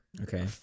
Okay